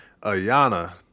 Ayana